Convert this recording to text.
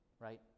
right